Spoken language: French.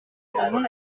rejoint